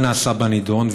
מה נעשה בנדון?